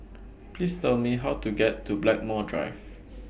Please Tell Me How to get to Blackmore Drive